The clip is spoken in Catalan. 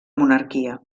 monarquia